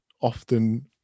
often